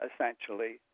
essentially